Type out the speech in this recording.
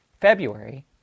February